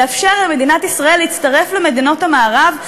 יאפשר למדינת ישראל להצטרף למדינות המערב,